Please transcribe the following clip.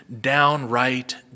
downright